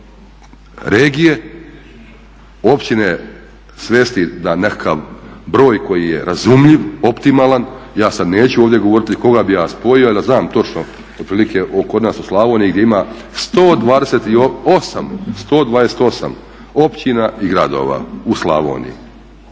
regije. Općine svesti na nekakav broj koji je razumljiv, optimalan. Ja sada neću ovdje govoriti koga bih ja spojio jer znam točno otprilike kod nas u Slavoniji gdje ima 128 općina i gradova u Slavoniji.